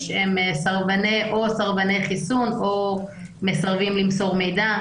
הם סרבני חיסון או מסרבים למסור מידע.